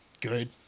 good